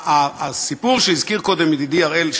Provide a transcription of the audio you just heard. הסיפור שהזכיר קודם ידידי אראל,